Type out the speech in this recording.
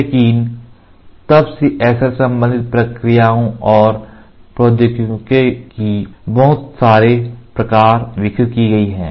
इसलिए तब से SL संबंधित प्रक्रियाओं और प्रौद्योगिकियों की बहुत सारे प्रकार विकसित की गई है